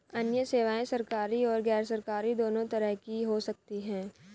अन्य सेवायें सरकारी और गैरसरकारी दोनों तरह की हो सकती हैं